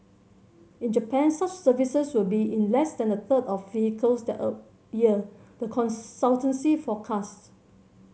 in Japan such services will be in less than a third of vehicles that year the consultancy forecasts